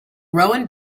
rowan